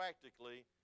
practically